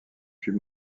fut